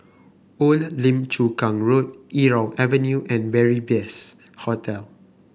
Old Lim Chu Kang Road Irau Avenue and Beary Best Hotel